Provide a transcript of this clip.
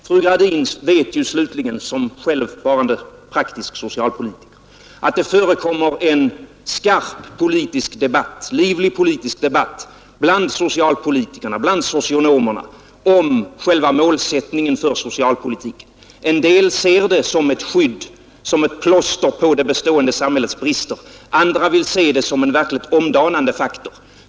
Fru Gradin, som själv är praktisk socialpolitiker, vet att det förekommer en livlig och skarp politisk debatt bland socialpolitikerna och socionomerna om själva målsättningen för socialpolitiken. En del ser den som ett skydd, som ett plåster på det bestående samhällets brister, andra vill se den som en verkligt omdanande faktor.